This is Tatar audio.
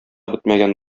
бетмәгән